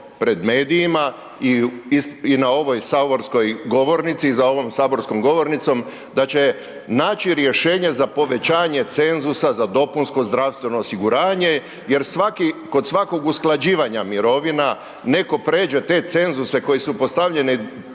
pred medijima i na ovoj saborskoj govornici i za ovom saborskom govornicom da će naći rješenje za povećanje cenzusa za dopunsko zdravstveno osiguranje jer kod svakog usklađivanja mirovina netko prijeđe te cenzuse koji su postavljeni